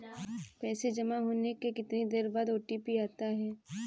पैसा जमा होने के कितनी देर बाद ओ.टी.पी आता है?